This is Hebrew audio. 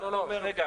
ואז אתה אומר: רגע,